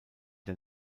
der